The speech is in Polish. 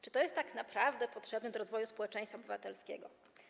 Czy to jest tak naprawdę potrzebne do rozwoju społeczeństwa obywatelskiego?